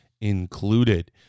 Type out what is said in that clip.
included